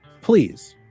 Please